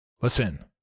Listen